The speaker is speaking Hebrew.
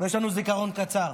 ויש לנו זיכרון קצר.